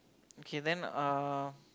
okay then uh